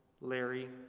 Larry